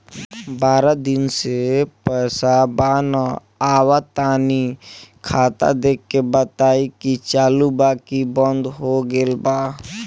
बारा दिन से पैसा बा न आबा ता तनी ख्ताबा देख के बताई की चालु बा की बंद हों गेल बा?